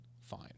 fine